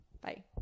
Bye